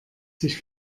sich